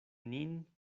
nin